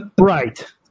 right